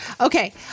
Okay